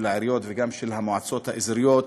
של העיריות וגם של המועצות האזוריות,